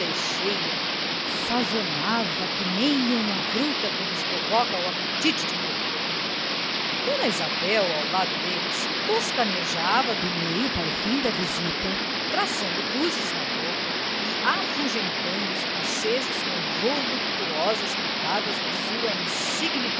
e cheia sazonava que nem uma fruta que nos provoca o apetite de morder dona isabel ao lado deles toscanejava do meio para o fim da visita traçando cruzes na boca e afugentando os bocejos com voluptuosas pitadas da sua insigne